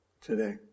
today